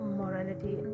morality